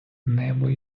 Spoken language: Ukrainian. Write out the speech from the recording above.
небо